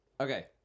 Okay